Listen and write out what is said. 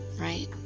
right